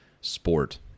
sport